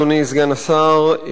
אדוני סגן השר,